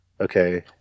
okay